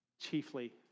Chiefly